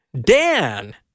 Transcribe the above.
Dan –